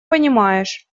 понимаешь